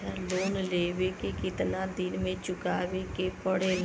Loan लेवे के कितना दिन मे चुकावे के पड़ेला?